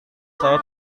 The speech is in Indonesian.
saya